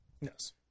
yes